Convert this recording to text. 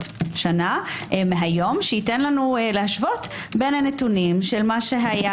שנה מהיום שייתן לנו להשוות בין הנתונים של מה שהיה,